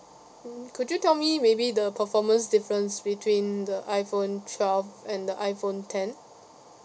mm could you tell me maybe the performance difference between the iPhone twelve and the iPhone ten